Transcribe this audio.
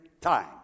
time